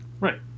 Right